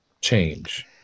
change